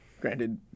Granted